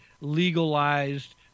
legalized